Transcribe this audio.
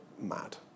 mad